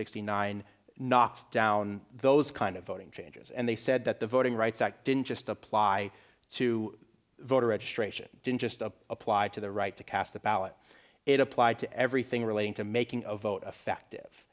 sixty nine knocked down those kind of voting changes and they said that the voting rights act didn't just apply to voter registration didn't just apply to the right to cast a ballot it applied to everything relating to making a vote effective